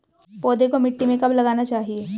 पौधे को मिट्टी में कब लगाना चाहिए?